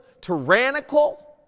tyrannical